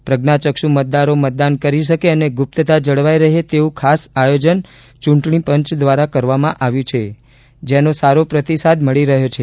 પ્રજ્ઞાચક્ષ મતદારો મતદાન કરી શકે અને ગુપ્તતા જળવાઇ રહે તેવું ખાસ આયોજન ચૂંટણીપંચ દ્વારા કરવામાં આવ્યું છે જેને સારો પ્રતિસાદ મળી રહ્યો છે